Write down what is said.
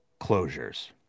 closures